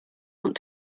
want